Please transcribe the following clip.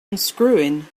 unscrewing